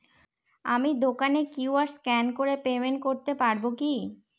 আমি দোকানে QR scan করে পেমেন্ট করতে পারবো কি?